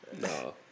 No